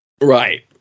Right